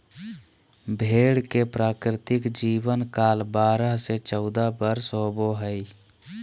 भेड़ के प्राकृतिक जीवन काल बारह से चौदह वर्ष होबो हइ